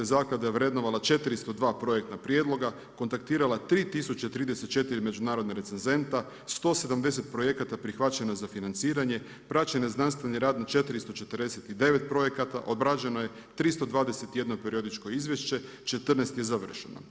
Zaklada je vrednovala 402 projektna prijedloga, kontaktirala 3034 međunarodna recenzenta, 170 projekata prihvaćenih za financiranje, ... znanstveni rad na 449 projekata, obrađeno je 321 periodičko izvješće, 14 je završeno.